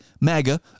MAGA